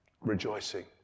rejoicing